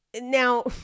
now